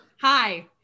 Hi